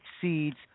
seeds